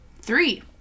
three